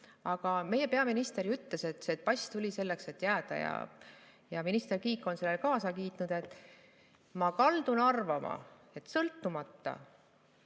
Aga meie peaminister ütles, et pass tuli selleks, et jääda, ja minister Kiik on sellele kaasa kiitnud. Ma kaldun arvama, et sõltumata